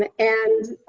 and and